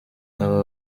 aba